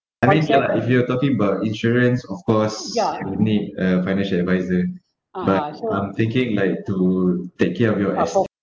I means you're like if you're talking about insurance of course you would need a financial adviser but I'm thinking like to take care of your ass~